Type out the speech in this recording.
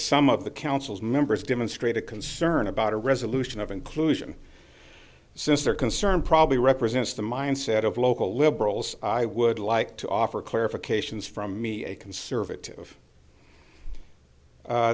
some of the council's members demonstrate a concern about a resolution of inclusion since their concern probably represents the mindset of local liberals i would like to offer clarifications from me a conservative